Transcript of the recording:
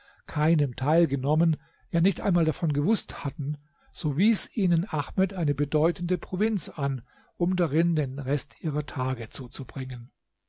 keinem teil genommen ja nicht einmal darum gewußt hatten so wies ihnen ahmed eine bedeutende provinz an um darin den rest ihrer tage zuzubringen